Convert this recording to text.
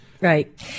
right